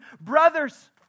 Brothers